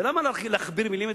ולמה להכביר מלים,